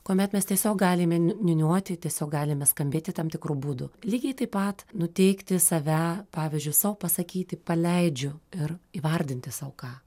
kuomet mes tiesiog galime niu niūniuoti tiesiog galime skambėti tam tikru būdu lygiai taip pat nuteikti save pavyzdžiui sau pasakyti paleidžiu ir įvardinti sau ką